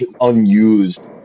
unused